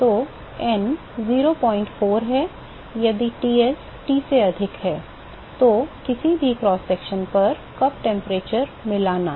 तो n 04 है यदि Ts T से अधिक है तो किसी भी क्रॉस सेक्शन पर कप तापमान मिलाना